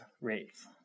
rates